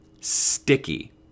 Sticky